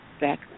back